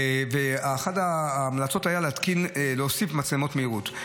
אחת ההמלצות הייתה להוסיף מצלמות מהירות.